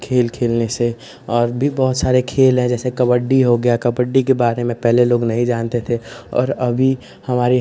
खेल खेलने से और भी बहुत सारे खेल हैं जैसे कबड्डी हो गई कबड्डी के बारे में पहले लोग नहीं जानते थे और अभी हमारी